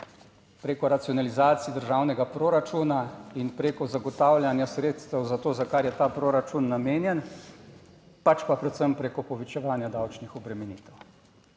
preko racionalizacij državnega proračuna in preko zagotavljanja sredstev za to, za kar je ta proračun namenjen, pač pa predvsem preko povečevanja davčnih obremenitev.